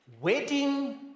wedding